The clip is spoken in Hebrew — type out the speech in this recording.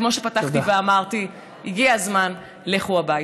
כמו שפתחתי ואמרתי, הגיע הזמן, לכו הביתה.